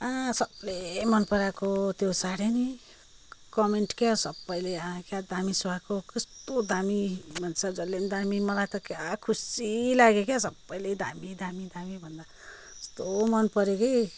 आ सबले मनपराएको त्यो साडी नि कमेन्ट क्या सबैले आ क्या दामी सुहाएको कस्तो दामी भन्छ जसले पनि दामी मलाई त क्या खुसी लाग्यो क्या सबैले दामी दामी दामी भन्दा कस्तो मनपऱ्यो कि